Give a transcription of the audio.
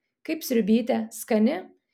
kaip sriubytė skani